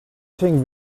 think